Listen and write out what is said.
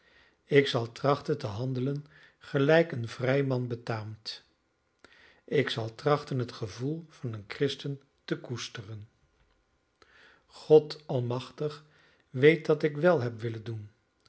ik zal trachten te handelen gelijk een vrij man betaamt ik zal trachten het gevoel van een christen te koesteren god almachtig weet dat ik wèl heb willen doen dat